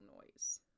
noise